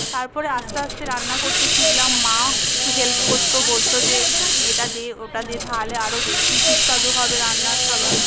তারপর আস্তে আস্তে রান্না করতে শিখলাম মা কিছু হেল্প করতো বলতো যে এটা দে ওটা দে তাহলে আরও বেশি সুস্বাদু হবে রান্নার খাবার